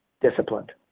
disciplined